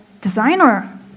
designer